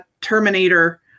Terminator